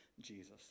Jesus